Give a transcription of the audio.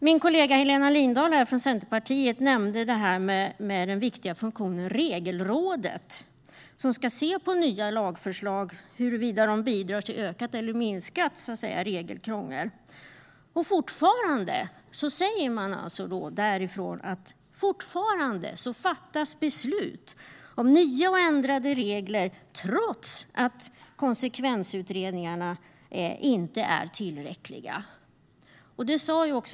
Min kollega Helena Lindahl från Centerpartiet nämnde den viktiga funktionen Regelrådet, som ska se huruvida nya lagförslag bidrar till ökat eller minskat regelkrångel. Man säger därifrån att beslut om nya och ändrade regler fortfarande fattas, trots att konsekvensutredningarna inte är tillräckliga.